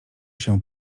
się